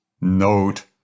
note